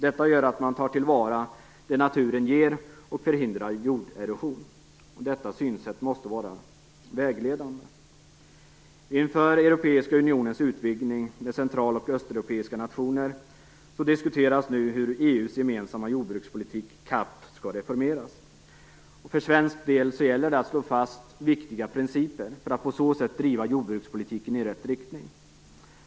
Detta gör att man tar till vara det naturen ger och förhindrar jorderosion. Detta synsätt måste vara vägledande. Inför Europeiska unionens utvidgning med central och östeuropeiska nationer diskuteras nu hur EU:s gemensamma jordbrukspolitik, CAP, skall reformeras. För svensk del gäller det att slå fast viktiga principer för att på så sätt driva jordbrukspolitiken i rätt riktning.